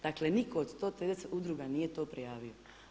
Dakle nitko od 130 udruga nije to prijavio.